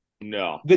No